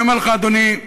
אני אומר לך, אדוני,